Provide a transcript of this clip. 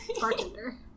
bartender